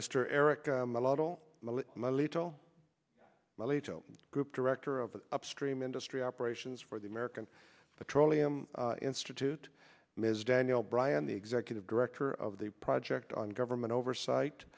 mr eric i'm a little a little group director of the upstream industry operations for the american petroleum institute ms daniel bryan the executive director of the project on government oversight